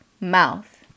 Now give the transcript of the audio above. mouth